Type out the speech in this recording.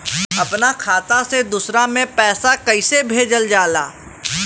अपना खाता से दूसरा में पैसा कईसे भेजल जाला?